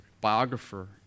biographer